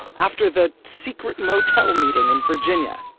after the secret motel meeting in virginia,